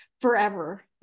forever